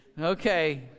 Okay